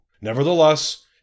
Nevertheless